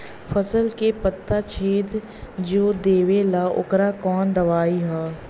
फसल के पत्ता छेद जो देवेला ओकर कवन दवाई ह?